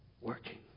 working